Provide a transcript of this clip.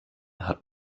hat